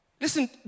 Listen